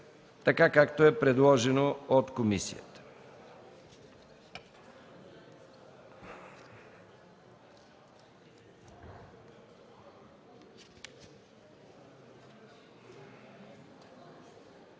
както е предложено от комисията.